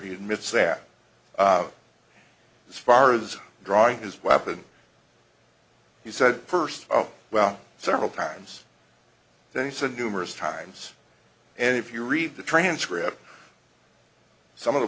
he admits that this fire is drawing his weapon he said first oh well several times then he said numerous times and if you read the transcript some of the